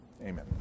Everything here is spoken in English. Amen